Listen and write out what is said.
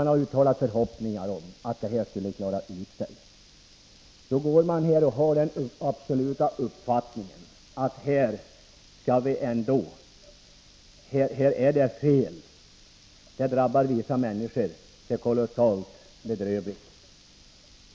Det har uttalats förhoppningar om att det hela skulle klara upp sig. Samtidigt har jag den absoluta uppfattningen att här föreligger fel som drabbar vissa människor på ett kolossalt bedrövligt sätt.